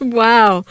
wow